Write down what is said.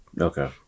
Okay